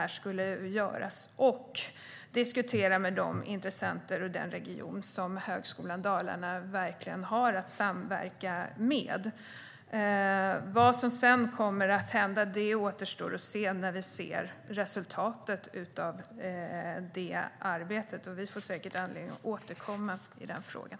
Jag kommer vidare att diskutera med de intressenter och företrädare för regionen som Högskolan Dalarna har att samverka med. Vad som sedan kommer att hända återstår att se när resultatet av det arbetet är klart. Vi får säkert anledning att återkomma i den frågan.